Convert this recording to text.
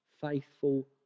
faithful